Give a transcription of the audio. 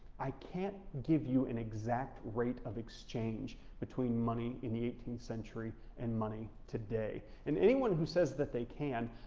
i can't give you an exact rate of exchange between money in the eighteenth century and money today. and anyone who says that they can,